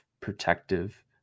protective